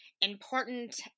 important